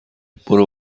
برو